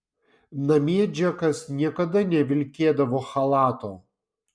namie džekas niekada nevilkėdavo chalato